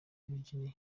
virginia